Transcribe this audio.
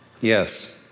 yes